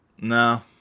No